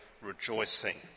rejoicing